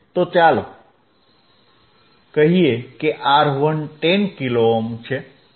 તો ચાલો કહીએ કે R1 10 કિલો ઓહ્મ છે